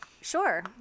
Sure